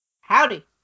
Howdy